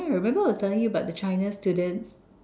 yeah remember I was telling you about the China students